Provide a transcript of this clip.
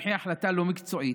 במחי החלטה לא מקצועית,